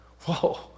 Whoa